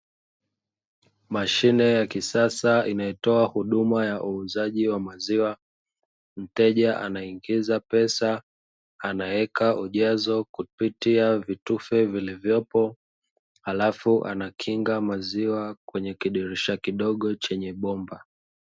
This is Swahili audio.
Mashine ya kisasa inayotoa huduma ya uuzaji wa maziwa, mteja anaingiza pesa anaeka ujazo kupitia vitufe vilivyopo, halafu anakinga maziwa kwenye kidirisha kidogo chenye bomba.